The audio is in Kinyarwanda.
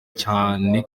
cyane